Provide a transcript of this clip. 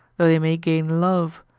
though they may gain love,